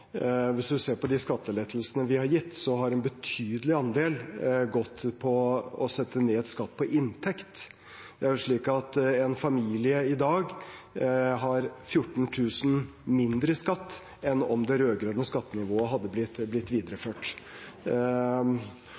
de skattelettelsene vi har gitt, har en betydelig andel gått til å sette ned skatt på inntekt. En familie har i dag 14 000 kr mindre i skatt enn om det rød-grønne skattenivået hadde blitt videreført.